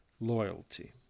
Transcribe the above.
loyalty